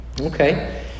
Okay